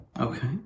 Okay